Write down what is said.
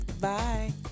Bye